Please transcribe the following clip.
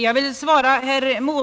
Nr 38 Herr talman!